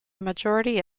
majority